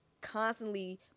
constantly